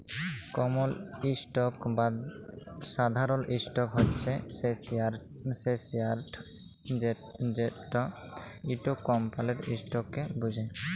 কমল stock বা সাধারল stock হছে সেই শেয়ারট যেট ইকট কমপালির ইসটককে বুঝায়